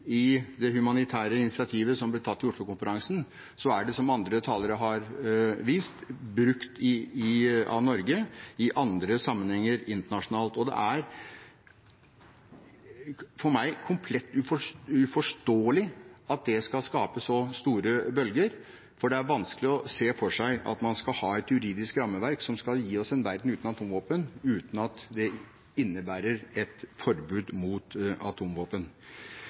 i det humanitære initiativet som ble tatt i Oslo-konferansen, er det, som andre talere har vist, brukt av Norge i andre sammenhenger internasjonalt. Det er for meg komplett uforståelig at det skal skape så store bølger, for det er vanskelig å se for seg at man skal ha et juridisk rammeverk som skal gi oss en verden uten atomvåpen, uten at det innebærer et forbud mot atomvåpen.